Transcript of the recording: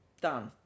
done